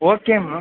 okay May